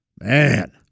man